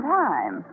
time